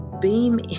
beam